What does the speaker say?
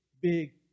big